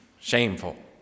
Shameful